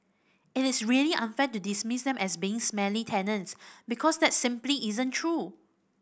it is really unfair to dismiss them as being smelly tenants because that simply isn't true